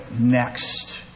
next